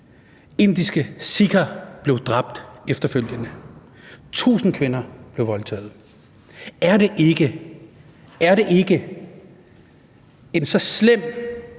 indiske sikher blev dræbt efterfølgende, 1.000 kvinder blev voldtaget. Er det ikke så slem